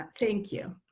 thank you.